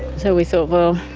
so we thought, well,